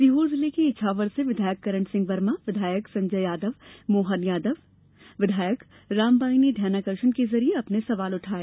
सीहोर जिले के इछावर से विधायक करण सिंह वर्मा विधायक संजय यादव मोहन यादव विधायक रामबाई ने ध्यानाकर्षण के जरिये अपने सवाल उठाये